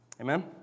Amen